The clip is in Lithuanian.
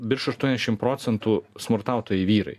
virš aštuoniasdešim procentų smurtautojai vyrai